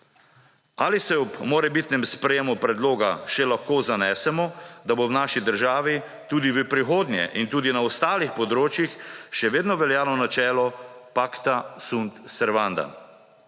Ali se ob morebitnem sprejemu predloga še lahko zanesemo, da bo v naši državi tudi v prihodnje ‒ in tudi na ostalih področjih – še vedno veljalo načelo pacta sunt servanda?